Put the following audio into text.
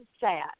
sat